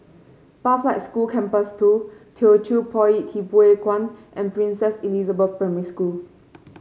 Pathlight School Campus Two Teochew Poit Ip Huay Kuan and Princess Elizabeth Primary School